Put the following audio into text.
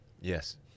Yes